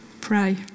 Pray